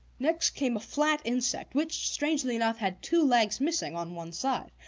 next came a flat insect, which, strangely enough, had two legs missing on one side.